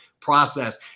process